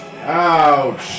Ouch